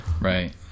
right